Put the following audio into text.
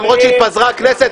למרות שהתפזרה הכנסת,